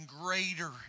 greater